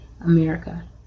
America